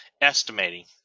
Estimating